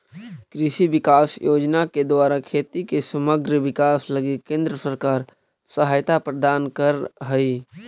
कृषि विकास योजना के द्वारा खेती के समग्र विकास लगी केंद्र सरकार सहायता प्रदान करऽ हई